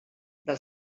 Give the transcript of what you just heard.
del